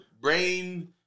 brain